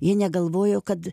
jie negalvojo kad